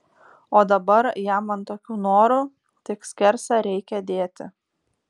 o dabar jam ant tokių norų tik skersą reikia dėti